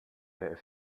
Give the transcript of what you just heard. der